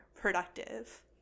productive